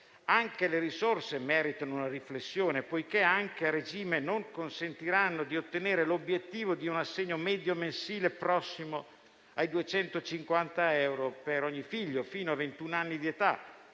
Anche le risorse meritano una riflessione, perché anche a regime non consentiranno di ottenere l'obiettivo di un assegno medio mensile prossimo ai 250 euro per ogni figlio, fino a ventuno anni di età,